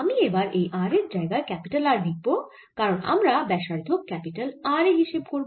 আমি এবার এই r এর জায়গায় ক্যাপিটাল R লিখব কারণ আমরা এবার ব্যাসার্ধ ক্যাপিটাল R এ হিসেব করব